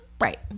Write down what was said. right